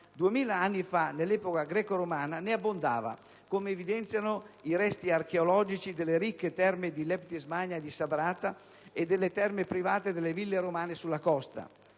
anni fa, nell'epoca greco-romana, ne abbondava, come evidenziano i resti archeologici delle ricche terme di Leptis Magna e di Sabrata e delle terme private delle ville romane sulla costa.